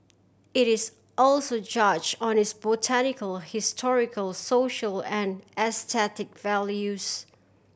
it is also judge on its botanical historical social and aesthetic values